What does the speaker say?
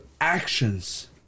actions